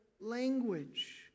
language